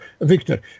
victor